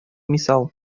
мисал